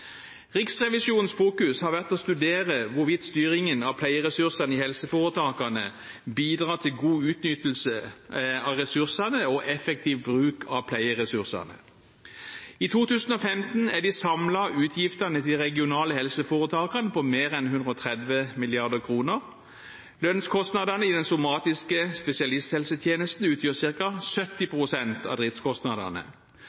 Riksrevisjonens fokus har vært å studere hvorvidt styringen av pleieressursene i helseforetakene bidrar til god ressursutnyttelse og effektiv bruk av pleieressursene. I 2015 er de samlede utgiftene til de regionale helseforetakene på mer enn 130 mrd. kr. Lønnskostnadene i den somatiske spesialisthelsetjenesten utgjør